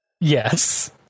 Yes